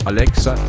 Alexa